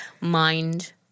mind